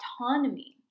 autonomy